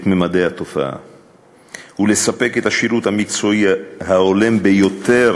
ממדי התופעה ולספק את השירות המקצועי ההולם ביותר